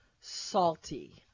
salty